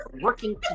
working